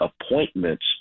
appointments